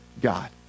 God